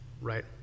right